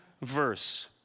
verse